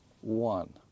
one